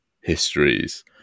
histories